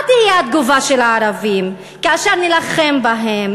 מה תהיה התגובה של הערבים כשנילחם בהם,